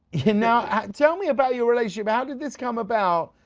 yeah and now tell me about your relationship, how does this come about?